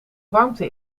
warmte